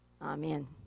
Amen